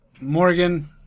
Morgan